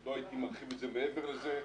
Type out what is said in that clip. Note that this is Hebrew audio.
לא הייתי מרחיב מעבר לזה.